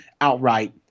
outright